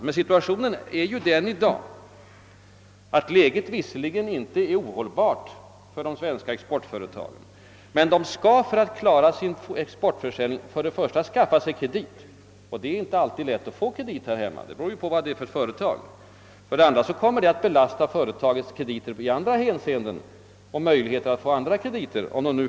Läget för de svenska exportföretagen är i dag visserligen inte »ohållbart« — det har jag inte påstått — men för att klara sin exportförsäljning måste de för det första skaffa sig kredit, och det är inte alltid lätt att få kredit här hemma — hur svårt det är beror ju på vad det gäller för företag. För det andra kommer en sådan kredit att minska företagets möjligheter att få andra krediter.